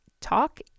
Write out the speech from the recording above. talk